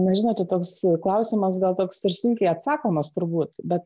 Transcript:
na žinote toks klausimas gal toks ir sunkiai atsakomas turbūt bet